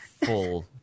full